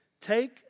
Take